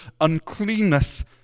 uncleanness